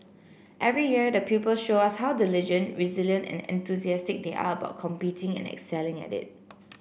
every year the pupil show us how diligent resilient and enthusiastic they are about competing and excelling at it